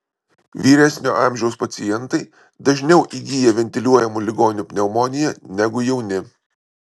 vyresnio amžiaus pacientai dažniau įgyja ventiliuojamų ligonių pneumoniją negu jauni